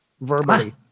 verbally